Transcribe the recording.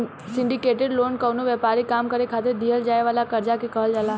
syndicated loan कवनो व्यापारिक काम करे खातिर दीहल जाए वाला कर्जा के कहल जाला